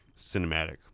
cinematic